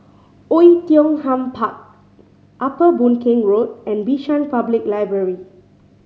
Oei Tiong Ham Park Upper Boon Keng Road and Bishan Public Library